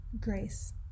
grace